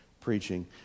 preaching